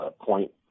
point